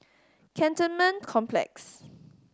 Cantonment Complex